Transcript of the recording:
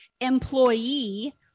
employee